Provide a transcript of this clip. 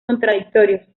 contradictorios